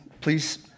please